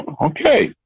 Okay